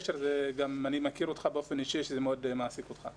אני גם מכיר אותך באופן אישי ואני יודע שזה מאוד מעסיק אותך.